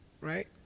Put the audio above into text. right